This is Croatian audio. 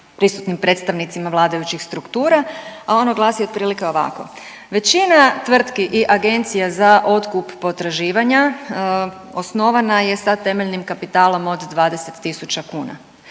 predstavnicima vladajućih struktura, a ono glasi otprilike ovako. Većina tvrtki i Agencija za otkup potraživanja osnovana je sa temeljnim kapitalom od 20 tisuća kuna.